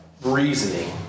Reasoning